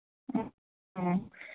ꯑꯣ ꯑꯣ